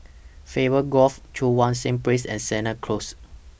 Favour Grove Cheang Wan Seng Place and Sennett Close